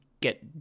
get